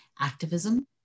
activism